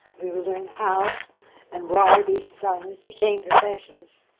we will learn how and why these designers became professionals,